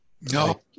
No